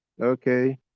okay